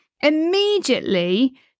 immediately